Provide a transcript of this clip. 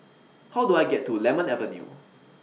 How Do I get to Lemon Avenue